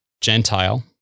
Gentile